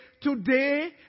today